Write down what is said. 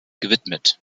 gewidmet